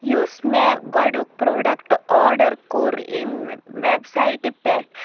یُس مےٚ گۄڈنیُٚک پرٛوڈَکٹ آڈر کوٚر امہِ ویبسایٹہِ پٮ۪ٹھ